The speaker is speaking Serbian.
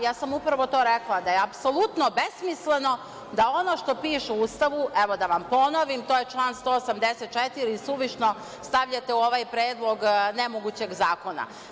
Ja sam upravo to rekla, da je apsolutno besmisleno da ono što piše u Ustavu, evo da vam ponovim, to je član 184. suvišno stavljate u ovaj predlog nemogućeg zakona.